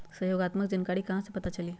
सहयोगात्मक जानकारी कहा से पता चली?